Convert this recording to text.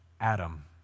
Adam